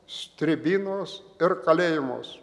stribynuos ir kalėjimuos